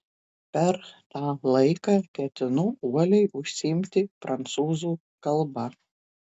per tą laiką ketinu uoliai užsiimti prancūzų kalba